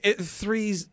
Three